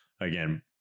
again